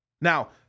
Now